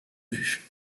vue